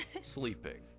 sleeping